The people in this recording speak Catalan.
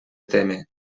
témer